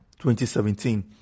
2017